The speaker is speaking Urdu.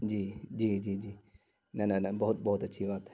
جی جی جی جی نہیں نہیں نہیں بہت بہت اچھی بات ہے